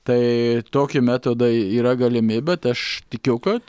tai toki metodai yra galimi bet aš tikiu kad